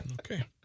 Okay